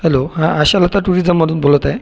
hello हा आशा लत्ता टुरिझममधून बोलताय